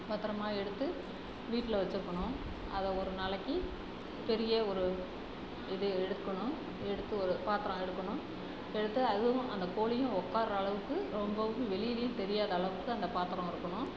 பத்தரமாக எடுத்து வீட்டில வச்சிருக்கணும் அதை ஒரு நாளைக்கு பெரிய ஒரு இது எடுக்கணும் எடுத்து ஒரு பாத்திரம் எடுக்கணும் எடுத்து அதுவும் அந்தக் கோழியும் உட்கார்ற அளவுக்கு ரொம்பவும் வெளியிலேயும் தெரியாத அளவுக்கு அந்த பாத்திரம் இருக்கணும்